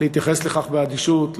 להתייחס לכך באדישות,